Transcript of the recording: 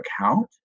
account